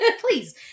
please